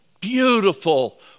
beautiful